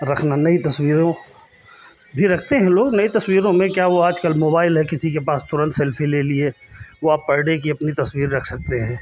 रखना नई तस्वीरों भी रखते हैं लोग नई तस्वीरों में क्या वो आज कल मोबाइल है किसी के पास तुरंत सेल्फ़ी ले लिए वो अब पर डे की अपनी तस्वीर रख सकते हैं